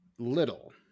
little